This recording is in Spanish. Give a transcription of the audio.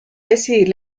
decidir